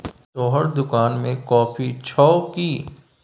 तोहर दोकान मे कॉफी छह कि?